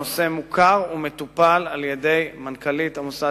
הנושא מוכר ומטופל על-ידי מנכ"לית המוסד